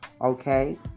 Okay